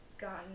gotten